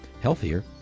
healthier